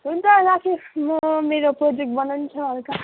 हुन्छ राखेँ म मेरो प्रोजेक्ट बनाउनु छ हल्का